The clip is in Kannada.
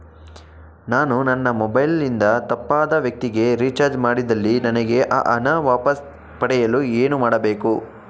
ನಾನು ನನ್ನ ಮೊಬೈಲ್ ಇಂದ ತಪ್ಪಾದ ವ್ಯಕ್ತಿಗೆ ರಿಚಾರ್ಜ್ ಮಾಡಿದಲ್ಲಿ ನನಗೆ ಆ ಹಣ ವಾಪಸ್ ಪಡೆಯಲು ಏನು ಮಾಡಬೇಕು?